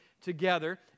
together